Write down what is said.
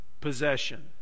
possession